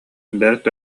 бэрт